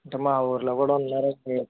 అంటే మా ఊళ్ళో కూడా ఉన్నారు